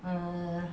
oo